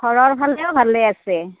ঘৰৰ ফালেও ভালে আছে